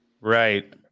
Right